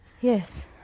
yes